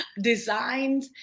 designed